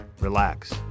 relax